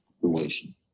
situation